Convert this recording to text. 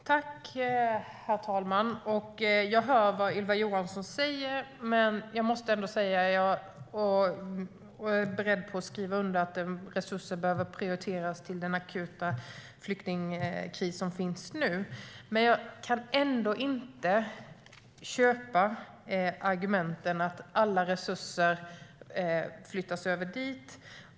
Herr talman! Jag hör vad Ylva Johansson säger och är beredd att skriva under på att resurser behöver prioriteras till den akuta flyktingkrisen. Men jag kan ändå inte köpa argumenten att alla resurser flyttas över dit.